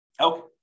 Okay